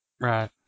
Right